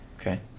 Okay